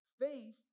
faith